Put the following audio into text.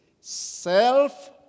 self